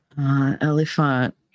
Elephant